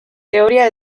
teoria